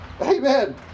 Amen